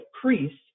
priests